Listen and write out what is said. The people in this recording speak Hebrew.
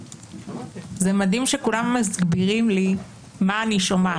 זה מדהים שכולם מסבירים לי מה אני שומעת,